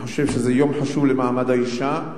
אני חושב שזה יום חשוב למעמד האשה,